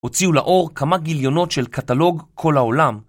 הוציאו לאור כמה גיליונות של קטלוג כל העולם.